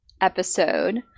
episode